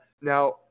now